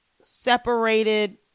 Separated